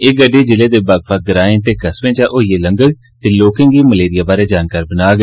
एह् गड्डी जिले दे बक्ख बक्ख ग्राएं ते कस्बें चा होइयै लंग्गोग ते लेाकें गी मलेरिया बारै जानकार बनाग